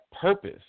purpose